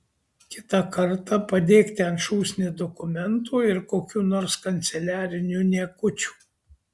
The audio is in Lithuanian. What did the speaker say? kitą kartą padėk ten šūsnį dokumentų ir kokių nors kanceliarinių niekučių